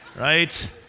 Right